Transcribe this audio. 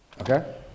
okay